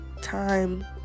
time